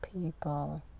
people